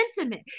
intimate